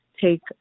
take